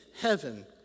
heaven